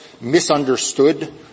misunderstood